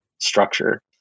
structure